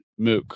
MOOC